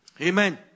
Amen